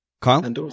Kyle